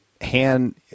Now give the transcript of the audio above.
hand